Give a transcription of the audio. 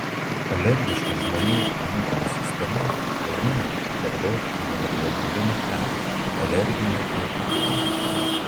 alergiškų žmonių imuninė sistema gamina per daug imunoglobulino e alerginio antikūno